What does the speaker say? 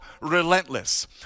Relentless